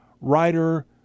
writer